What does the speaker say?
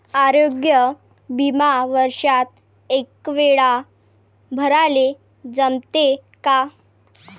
आरोग्य बिमा वर्षात एकवेळा भराले जमते का?